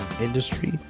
industry